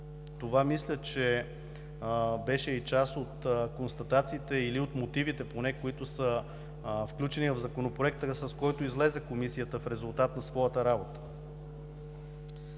Това мисля, че беше и част от констатациите, или от мотивите поне, които са включени в Законопроекта, с който излезе Комисията в резултат на своята работа.